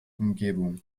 umgebung